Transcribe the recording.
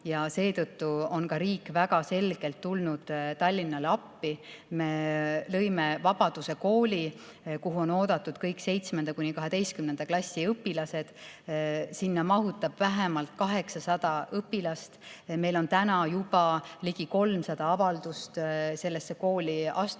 ja seetõttu on riik väga selgelt tulnud Tallinnale appi. Me lõime Vabaduse Kooli, kuhu on oodatud kõik 7.–12. klassi õpilased. Sinna mahub vähemalt 800 õpilast. Meil on juba ligi 300 avaldust sellesse kooli astumiseks